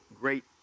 great